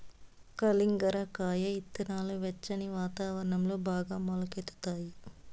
కలింగర కాయ ఇత్తనాలు వెచ్చని వాతావరణంలో బాగా మొలకెత్తుతాయి